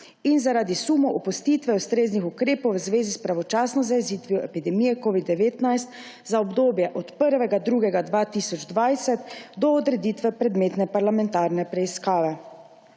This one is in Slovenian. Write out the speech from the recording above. in zaradi sumov opustitve ustreznih ukrepov v zvezi s pravočasno zajezitvijo epidemije COVID-19 za obdobje od 1. 2. 2020 do odreditve predmetne parlamentarne preiskave.